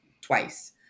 twice